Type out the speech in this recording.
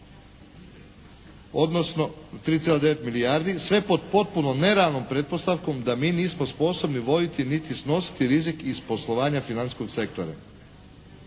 odnosno 3,9 milijardi sve pod potpuno nerealnom pretpostavkom da mi nismo sposobni voditi niti snositi rizik iz poslovanja financijskog sektora.